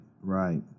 right